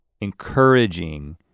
encouraging